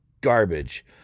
garbage